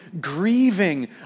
grieving